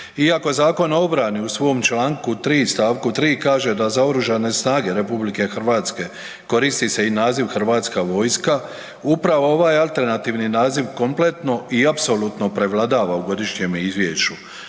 iako Zakon o obrani u svom Članku 3. stavku 3. kaže da za Oružane snage RH koristi se i naziv Hrvatska vojska upravo ovaj alternativni naziv kompletno i apsolutno prevladava u godišnjem izvješću